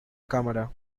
cámara